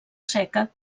seca